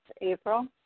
April